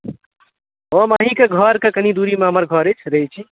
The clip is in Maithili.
हम अहीँके घरके कनेक दूरीमे हमर घर अछि रहैत छी